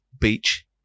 beach